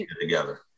together